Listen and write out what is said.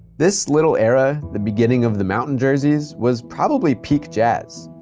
this little era, the beginning of the mountain jerseys, was probably peak jazz.